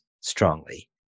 strongly